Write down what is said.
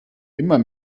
immer